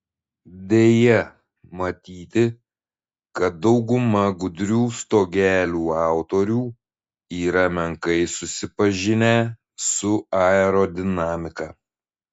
deja matyti kad dauguma gudrių stogelių autorių yra menkai susipažinę su aerodinamika